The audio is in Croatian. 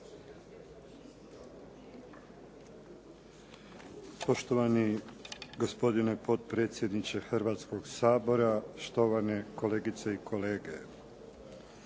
Poštovani gospodine potpredsjednice Hrvatskog sabora, štovane kolegice i kolege.